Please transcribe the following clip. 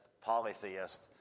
polytheist